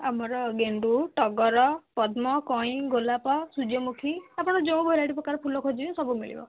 ଆମର ଗେଣ୍ଡୁ ଟଗର ପଦ୍ମ କଇଁ ଗୋଲାପ ସୂର୍ଯ୍ୟମୁଖୀ ଆପଣ ଯେଉଁ ଭେରାଇଟି ପ୍ରକାର ଫୁଲ ଖୋଜିବେ ସବୁ ମିଳିବ